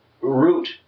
root